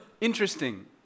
Interesting